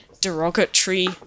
derogatory